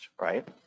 right